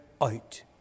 out